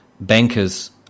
bankers